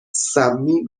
سمی